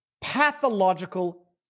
pathological